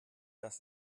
das